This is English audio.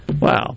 Wow